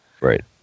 Right